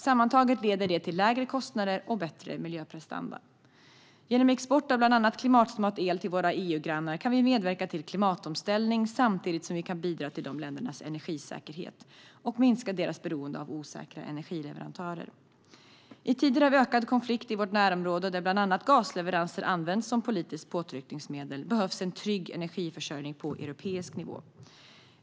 Sammantaget leder det till lägre kostnader och bättre miljöprestanda. Genom export av bland annat klimatsmart el till våra EU-grannar kan vi medverka till en klimatomställning samtidigt som vi kan bidra till de ländernas energisäkerhet och minska deras beroende av osäkra energileverantörer. I tider av ökad konflikt i vårt närområde, där bland annat gasleveranser används som politiskt påtryckningsmedel, behövs en trygg energiförsörjning på europeisk nivå.